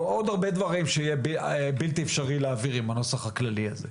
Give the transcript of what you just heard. או עוד הרבה דברים שיהיה בלתי אפשרי להעביר עם הנוסח הכללי הזה,